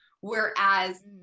whereas